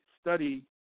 study